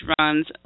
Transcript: runs